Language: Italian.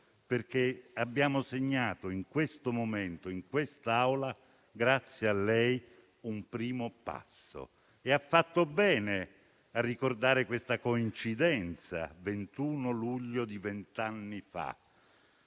perché abbiamo segnato in questo momento, in quest'Aula, grazie a lei, un primo passo e ha fatto bene a ricordare questa coincidenza con il 21 luglio di vent'anni fa.